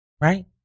right